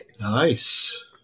Nice